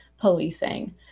policing